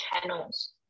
channels